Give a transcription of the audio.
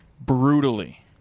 Brutally